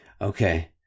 Okay